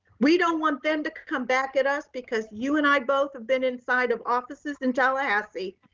we don't want them to come back at us because you and i both have been inside of offices in tallahassee.